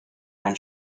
mein